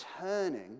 turning